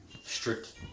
strict